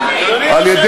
אדוני ראש הממשלה,